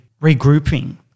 regrouping